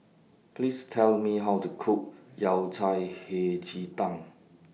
Please Tell Me How to Cook Yao Cai Hei Ji Tang